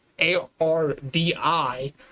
A-R-D-I